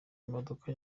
imodoka